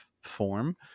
form